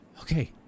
Okay